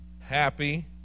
Happy